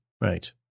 right